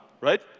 right